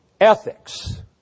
ethics